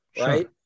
right